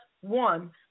one